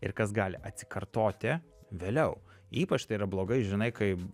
ir kas gali atsikartoti vėliau ypač tai yra blogai žinai kai